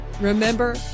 Remember